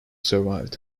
survived